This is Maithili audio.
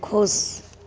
खुश